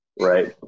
right